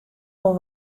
wol